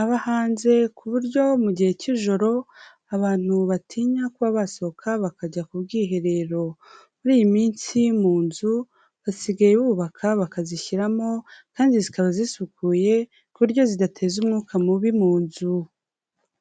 aba hanze ku buryo mu gihe cy'ijoro, abantu batinya kuba basohoka bakajya ku bwiherero. Muri iyi minsi mu nzu basigaye bubaka bakazishyiramo kandi zikaba zisukuye, ku buryo zidateza umwuka mubi mu nzu.